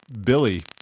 Billy